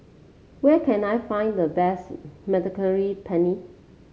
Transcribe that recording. where can I find the best Mediterranean Penne